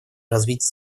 развить